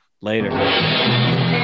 Later